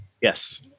Yes